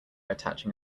attaching